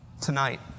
Tonight